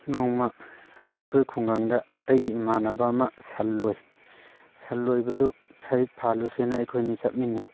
ꯅꯣꯡꯃ ꯑꯩꯈꯣꯏ ꯈꯨꯡꯒꯪꯗ ꯑꯩꯒꯤ ꯏꯃꯥꯟꯅꯕ ꯑꯃ ꯁꯟ ꯂꯣꯏ ꯁꯟ ꯂꯣꯏꯕꯗꯨ ꯁꯖꯤꯛ ꯐꯥꯜꯂꯨꯁꯦꯅ ꯑꯩꯈꯣꯏ ꯑꯅꯤ ꯆꯠꯃꯤꯟꯅꯩ